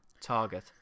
Target